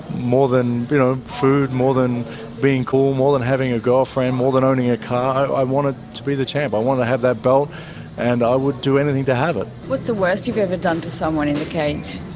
more than you know food, more than being cool, more than having a girlfriend, more than owning a car, i wanted to be the champ. i wanted to have that belt and i would do anything to have it. what's the worst you've ever done to someone in the cage?